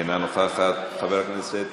אינה נוכחת, חברת הכנסת